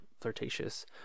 flirtatious